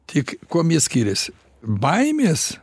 tik kuom skiriasi baimės